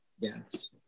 Yes